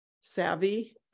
savvy